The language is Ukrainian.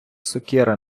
сокира